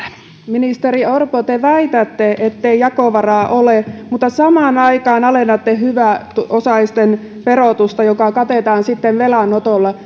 ministeri orpo te väitätte ettei jakovaraa ole mutta samaan aikaan alennatte hyväosaisten verotusta mikä katetaan sitten velanotolla